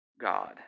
God